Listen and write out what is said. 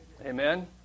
Amen